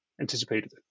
anticipated